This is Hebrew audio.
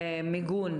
אוכלוסיות.